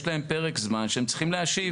יש להם פרק זמן שהם צריכים להשיב.